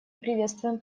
приветствуем